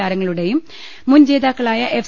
താരങ്ങളുടേയും മുൻ ജേതാക്കളായ എഫ്